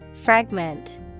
Fragment